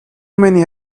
many